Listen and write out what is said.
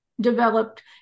developed